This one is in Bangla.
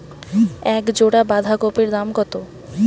এক জোড়া বাঁধাকপির দাম কত?